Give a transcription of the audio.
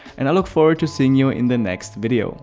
and i look forward to seeing you in the next video.